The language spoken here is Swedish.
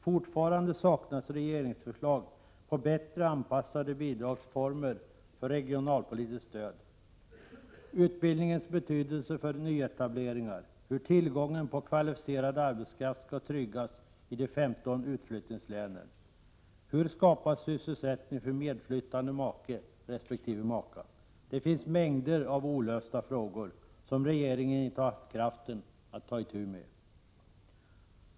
Fortfarande saknas regeringsförslag om bättre anpassade bidragsformer för regionalpolitiskt stöd, utbildningens betydelse för nyetableringar, hur tillgången på kvalificerad arbetskraft skall tryggas i de 15 utflyttningslänen och hur sysselsättning skall skapas för medflyttande make resp. maka. Det finns mängder av olösta frågor, som regeringen inte har haft kraft att ta itu med.